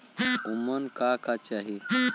उमन का का चाही?